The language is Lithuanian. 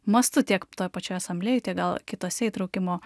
mastu tiek toj pačioj asamblėjoj tiek gal kituose įtraukimo